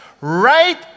Right